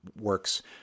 works